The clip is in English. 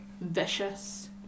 vicious